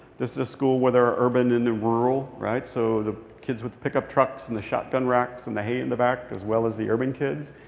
this is a school where there are urban and the rural, right? so the kids with the pickup trucks and the shotgun racks and the hay in the back as well as the urban kids.